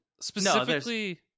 Specifically